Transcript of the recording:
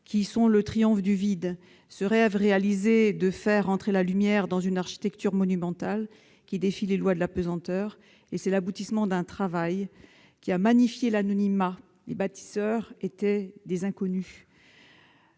qui sont le triomphe du vide, qui réalisent ce rêve de faire entrer la lumière dans une architecture monumentale défiant les lois de la pesanteur. Elles sont l'aboutissement d'un travail qui a magnifié l'anonymat, les bâtisseurs étant inconnus.